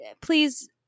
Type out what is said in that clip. please